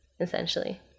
essentially